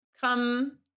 come